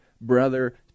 brother